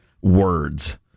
words